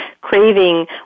craving